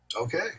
Okay